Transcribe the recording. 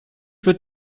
wird